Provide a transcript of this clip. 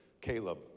Caleb